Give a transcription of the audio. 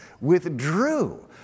withdrew